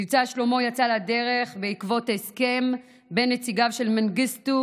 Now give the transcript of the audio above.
מבצע שלמה יצא לדרך בעקבות הסכם בין נציגיו של מנגיסטו